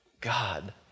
God